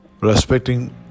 respecting